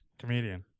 comedian